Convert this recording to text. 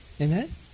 Amen